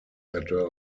that